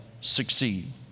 succeed